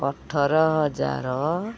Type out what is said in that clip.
ଅଠର ହଜାର